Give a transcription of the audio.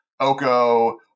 Oko